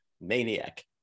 Maniac